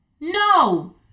No